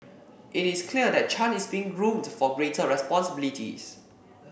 it is clear that Chan is being groomed for greater responsibilities